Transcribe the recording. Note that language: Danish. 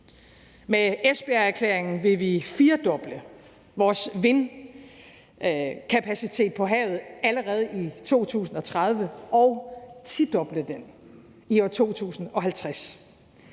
Med Esbjergerklæringen vil vi firdoble vores vindkapacitet på havet allerede i 2030 og tidoble den i 2050.